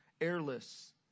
airless